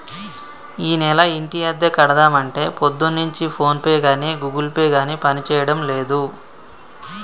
ఈనెల ఇంటి అద్దె కడదామంటే పొద్దున్నుంచి ఫోన్ పే గాని గూగుల్ పే గాని పనిచేయడం లేదు